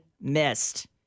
missed